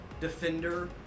defender